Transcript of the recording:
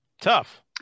Tough